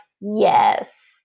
yes